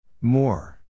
More